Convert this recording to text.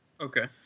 Okay